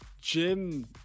Gym